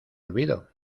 olvido